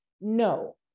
No